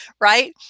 right